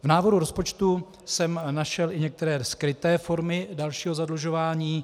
V návrhu rozpočtu jsem našel i některé skryté formy dalšího zadlužování.